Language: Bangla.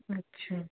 আচ্ছা